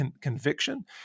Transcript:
Conviction